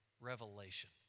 revelation